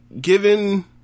given